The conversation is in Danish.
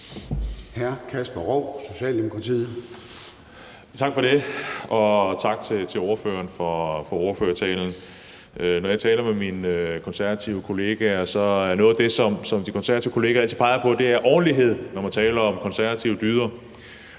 14:23 Kasper Roug (S): Tak for det, og tak til ordføreren for ordførertalen. Når jeg taler med mine konservative kollegaer, er noget af det, som de konservative kollegaer altid peger på, ordentlighed, når man taler om konservative dyder.